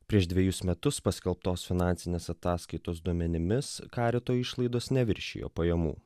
prieš dvejus metus paskelbtos finansinės ataskaitos duomenimis karito išlaidos neviršijo pajamų